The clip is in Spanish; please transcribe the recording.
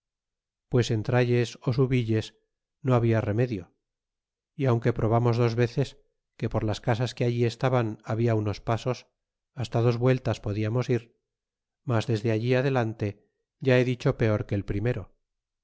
pues entralles ó subilles no había remedio y aunque probamos dos veces que por las casas que allí estaban había unos pasos has ta dos vueltas podíamos ir mas desde allí adelante ya he dicho peor que el primero